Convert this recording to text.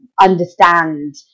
understand